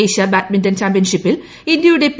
Asia badminton ചാമ്പ്യൻഷിപ്പിൽ ഇന്ത്യയുടെ P